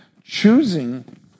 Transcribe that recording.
choosing